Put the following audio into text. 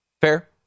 Fair